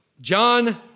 John